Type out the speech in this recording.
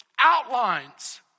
outlines